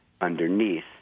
underneath